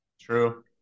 true